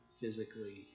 physically